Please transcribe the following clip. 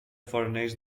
fornells